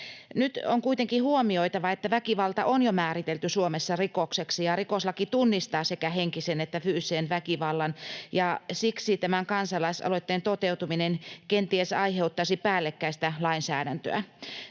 Nyt on kuitenkin huomioitava, että väkivalta on jo määritelty Suomessa rikokseksi ja rikoslaki tunnistaa sekä henkisen että fyysisen väkivallan, ja siksi tämän kansalaisaloitteen toteutuminen kenties aiheuttaisi päällekkäistä lainsäädäntöä.